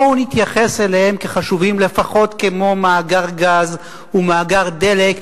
בואו נתייחס אליהם כחשובים לפחות כמו מאגר גז ומאגר דלק,